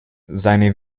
seine